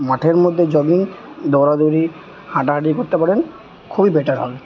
মাঠের মধ্যে জগিং দৌড়াদৌড়ি হাঁটাহাঁটি করতে পারেন খুবই বেটার হবে